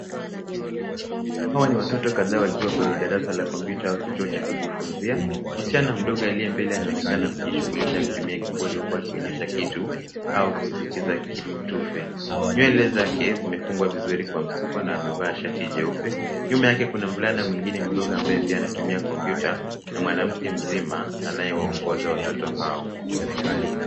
Hawa ni watoto kadhaa wakiwa katika darasa la kompyuta au kituo cha kujifunzia, mtoto mdogo alie mbele anaonekana akijishughulisha huku akitumia kibodi kuonesha kitu au kusisitiza kiftufe. Nywele zake zimefungwa vizuri kwa msuko na amevaa shati nyeupe. Nyuma yake kuna mvulana mwingine mdogo ambaye pia anatumia kompyuta na mwanamke mzima anaye waongoza watoto hao.